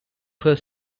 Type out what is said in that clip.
her